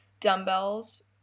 dumbbells